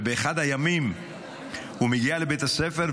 ובאחד הימים הוא מגיע לבית הספר,